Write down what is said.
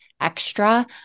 extra